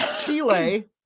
Chile